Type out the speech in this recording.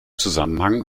zusammenhang